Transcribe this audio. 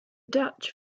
dutch